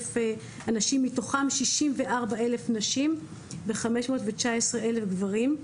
אלף קשישים, מתוכם 64 אלף נשים ו-519 אלף גברים.